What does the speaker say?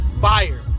Fire